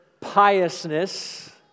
piousness